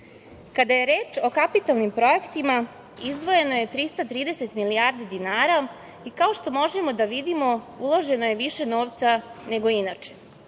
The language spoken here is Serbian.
tome. Kada je reč o kapitalnim projektima, izdvojeno je 330 milijardi dinara i, kao što možemo da vidimo, uloženo je više novca nego inače.